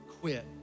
quit